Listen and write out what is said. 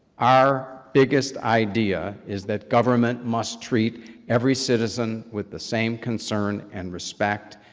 our biggest idea is that government must treat every citizen with the same concern, and respect,